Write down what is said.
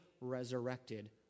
resurrected